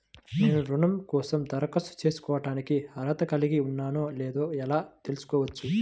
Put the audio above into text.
నేను రుణం కోసం దరఖాస్తు చేసుకోవడానికి అర్హత కలిగి ఉన్నానో లేదో ఎలా తెలుసుకోవచ్చు?